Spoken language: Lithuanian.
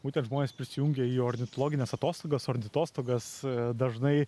būtent žmonės prisijungia į ornitologines atostogas ornitostogas dažnai